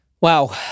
Wow